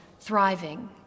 thriving